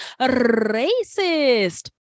racist